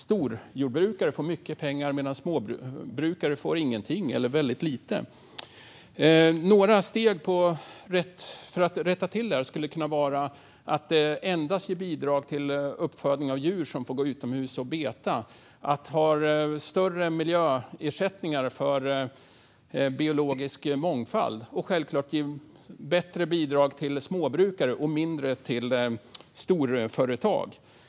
Storjordbrukare får mycket pengar medan småbrukare inte får någonting eller väldigt lite. Några steg för att rätta till detta skulle kunna vara att endast ge bidrag för uppfödning av djur som får gå utomhus och beta, att ha större miljöersättningar för biologisk mångfald och självklart att ge större bidrag till småbrukare och mindre till storföretag.